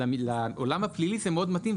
לעולם הפלילי זה מאוד מתאים,